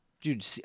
dude